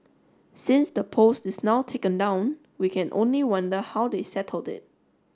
since the post is now taken down we can only wonder how they settled it